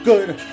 good